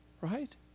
right